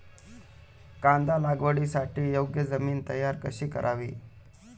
कांदा लागवडीसाठी योग्य जमीन तयार कशी करावी?